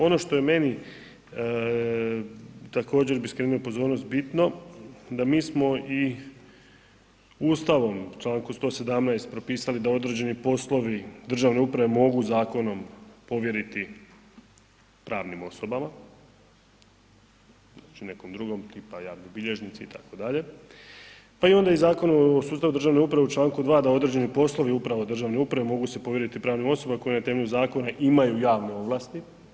Ono što je meni također bi skrenuo pozornost bitno da mi smo i Ustavom u Članku 117. propisali da određeni poslovi državne uprave mogu zakonom povjeriti pravnim osobama, znači nekom drugom tipa javni bilježnici itd., pa i onda Zakonom o sustavu državne uprave u Članku 2. da određeni poslovi upravo državne uprave mogu se povjeriti pravnim osobama koje na temelju zakona imaju javnu ovlasti.